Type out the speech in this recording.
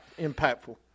Impactful